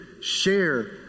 share